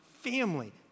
family